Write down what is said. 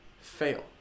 fail